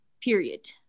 period